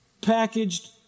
packaged